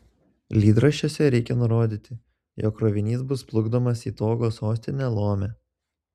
lydraščiuose reikią nurodyti jog krovinys bus plukdomas į togo sostinę lomę